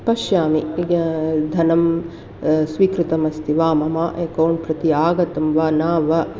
पश्यामि धनं स्वीकृतमस्ति वा मम एकौण्ट् प्रति आगतं वा न वा